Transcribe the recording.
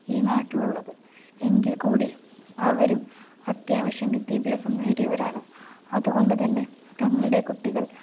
ഈ നാട്ടിലുള്ളത് എങ്കിൽക്കൂടി അവരും അത്യാവശ്യം വിദ്യാഭ്യാസം നേടിയവരാണ് അതുകൊണ്ട് തന്നെ തങ്ങളുടെ കുട്ടികൾ